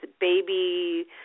baby